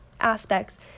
aspects